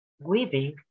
Weaving